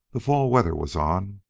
the fall weather was on,